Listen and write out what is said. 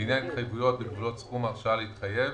לעניין התחייבויות בגבולות סכום ההרשאה להתחייב,